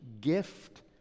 gift